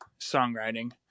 songwriting